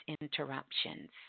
interruptions